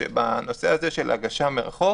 בנושא הזה של הגשה מרחוק